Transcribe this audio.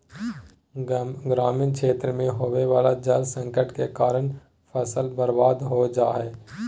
ग्रामीण क्षेत्र मे होवे वला जल संकट के कारण फसल बर्बाद हो जा हय